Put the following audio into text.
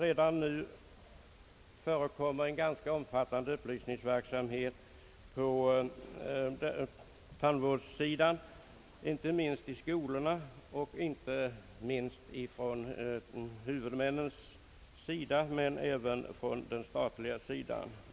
Redan nu förekommer en ganska betydande upplysningsverksamhet på tandvårdsområdet i bl.a. skolorna, såväl från huvudmännens sida som från statens sida.